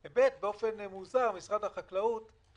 בנוסף, באופן מוזר משרד האוצר